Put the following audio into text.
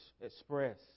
express